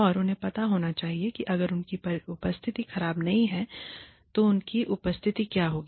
और उन्हें पता होना चाहिए कि अगर उनकी उपस्थिति खराब नहीं है तो उनकी उपस्थिति क्या होगी